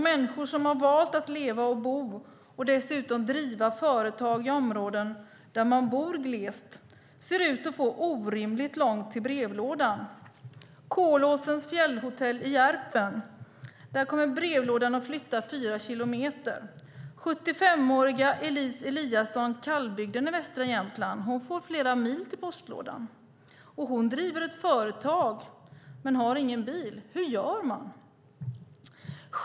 Människor som har valt att leva och bo och dessutom driva företag i områden där man bor glest ser ut att få orimligt långt till brevlådan. Kolåsens fjällhotell i Järpen kommer att få sin brevlåda flyttad fyra kilometer, och 75-åriga Elsie Eliasson i Kallbygden i västra Jämtland får flera mil till postlådan. Hon driver ett företag men har ingen bil. Hur gör man?